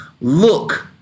look